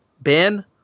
Ben